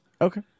Okay